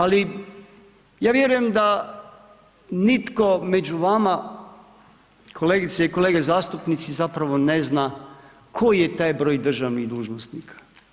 Ali ja vjerujem da nitko među vama kolegice i kolege zastupnici zapravo ne zna koji je taj broj državnih dužnosnika.